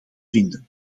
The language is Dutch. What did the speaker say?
vinden